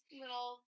little